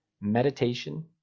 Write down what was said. meditation